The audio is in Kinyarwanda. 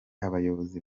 abayobozi